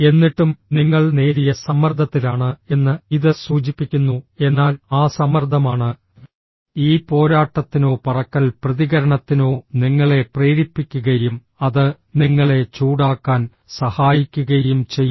എന്നിട്ടും നിങ്ങൾ നേരിയ സമ്മർദ്ദത്തിലാണ് എന്ന് ഇത് സൂചിപ്പിക്കുന്നു എന്നാൽ ആ സമ്മർദ്ദമാണ് ഈ പോരാട്ടത്തിനോ പറക്കൽ പ്രതികരണത്തിനോ നിങ്ങളെ പ്രേരിപ്പിക്കുകയും അത് നിങ്ങളെ ചൂടാക്കാൻ സഹായിക്കുകയും ചെയ്യുന്നു